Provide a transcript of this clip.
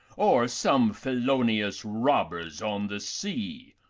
or some felonious robbers on the sea,